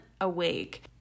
awake